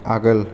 आगोल